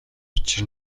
учир